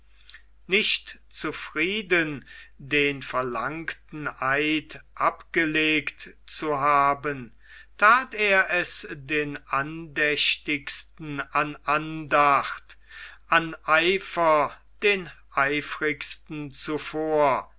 nicht zufrieden den verlangten eid abgelegt zu haben that er es den andächtigsten an andacht an eifer den eifrigsten zuvor